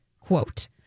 quote